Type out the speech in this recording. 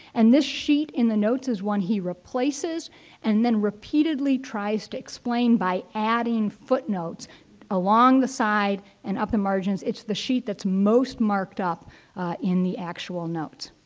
and this sheet in the note is one he replaces and then repeatedly tries to explain by adding footnotes along the side and up the margins, it's the sheet that's most marked up in the actual note.